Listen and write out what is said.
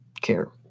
care